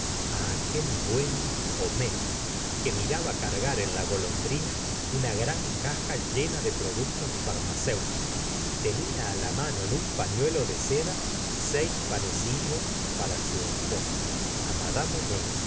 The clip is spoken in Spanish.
aquel buen homais que miraba cargar en la golondrina una gran caja llena de productos farmacéuticos tenia á la mano en un pañuelo de seda seis pa necillos para su esposa a